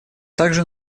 также